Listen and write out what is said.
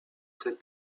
très